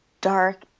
dark